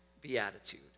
beatitude